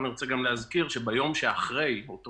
אני גם רוצה להזכיר שביום שאחרי אותו